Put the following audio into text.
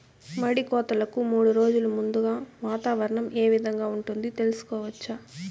మడి కోతలకు మూడు రోజులు ముందుగా వాతావరణం ఏ విధంగా ఉంటుంది, తెలుసుకోవచ్చా?